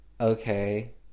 Okay